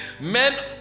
Men